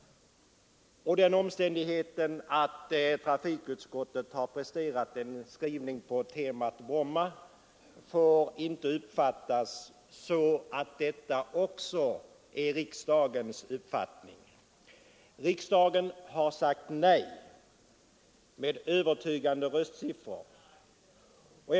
Den omständigheten att trafikutskottet har presterat en skrivning på temat ”Bromma” får inte uppfattas så att utskottets skrivning också ger uttryck för hela riksdagens uppfattning. Riksdagen har sagt nej med övertygande majoritet.